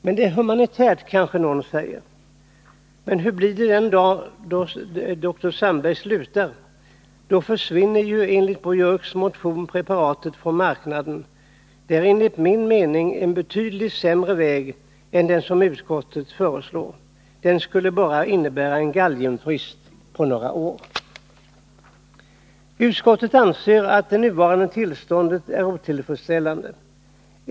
Men det är humanitärt, kanske någon säger. Men hur blir det den dag då dr Sandberg slutar? Då försvinner ju enligt Gunnar Biörcks motion preparatet från marknaden. Det är enligt min mening en betydligt sämre väg än den som utskottet föreslår. Den skulle bara innebära en galgenfrist på några år. Utskottet anser att det nuvarande tillståndet är otillfredsställande.